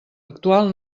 actual